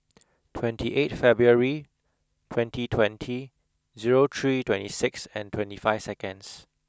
twenty eighth February twenty twenty zero three twenty six and twenty five seconds